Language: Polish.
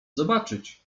zobaczyć